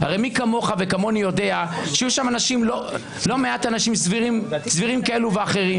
הרי מי כמוך וכמוני יודע שהיו שם לא מעט אנשים סבירים כאלה ואחרים,